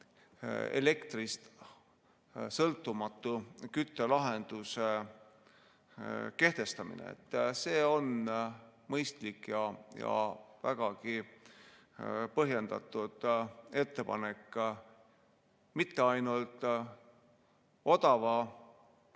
elektrist sõltumatu küttelahenduse [olemasolu]. See on mõistlik ja vägagi põhjendatud ettepanek, mitte ainult odava